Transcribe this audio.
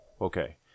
okay